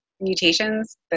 mutations